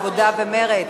העבודה ומרצ,